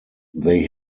they